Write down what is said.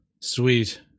Sweet